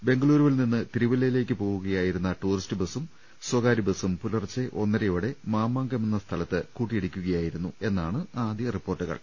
ബെംഗലുരുവിൽ നിന്ന് തിരുവല്ലയി ലേക്ക് പോവുകയായിരുന്ന ടൂറിസ്റ്റ്ബസും സ്വകാര്യ ബസ്സും പുലർച്ചെ ഒന്ന രയോടെ മാമാങ്കമെന്ന സ്ഥലത്ത് കൂട്ടിയിടിക്കുകയായിരുന്നുവെന്നാണ് ആദ്യ റിപ്പോർട്ടുകൾ